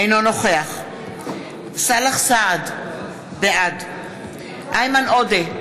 אינו נוכח סאלח סעד, בעד איימן עודה,